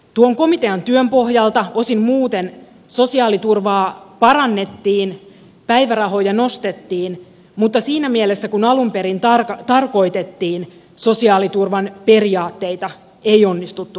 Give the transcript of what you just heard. tuon komitean työn pohjalta osin muuten sosiaaliturvaa parannettiin päivärahoja nostettiin mutta siinä mielessä kuin alun perin tarkoitettiin sosiaaliturvan periaatteita ei onnistuttu uudistamaan